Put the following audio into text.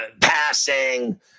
passing